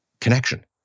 connection